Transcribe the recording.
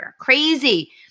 Crazy